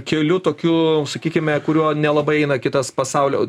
keliu tokiu sakykime kuriuo nelabai eina kitas pasaulio